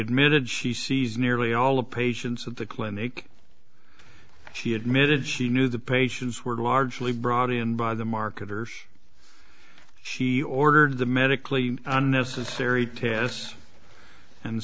admitted she sees nearly all the patients at the clinic she admitted she knew the patients were largely brought in by the marketers she ordered the medically unnecessary tests and